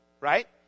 right